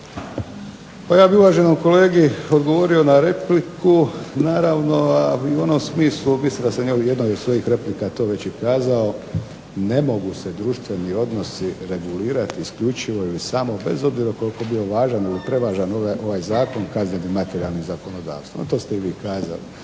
Pa ja bih uvaženom kolegi odgovorio na repliku naravno a i u onom smislu, mislim da sam ja u jednoj od svojih replika to već i kazao ne mogu se društveni odnosi regulirati isključivo ili samo bez obzira koliko bio važan ili prevažan ovaj zakon kaznenim materijalnim zakonodavstvom. To ste i vi kazali.